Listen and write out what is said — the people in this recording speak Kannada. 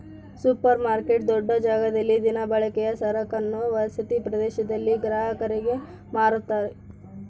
ಸೂಪರ್ರ್ ಮಾರ್ಕೆಟ್ ದೊಡ್ಡ ಜಾಗದಲ್ಲಿ ದಿನಬಳಕೆಯ ಸರಕನ್ನು ವಸತಿ ಪ್ರದೇಶದಲ್ಲಿ ಗ್ರಾಹಕರಿಗೆ ಮಾರುತ್ತಾರೆ